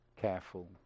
careful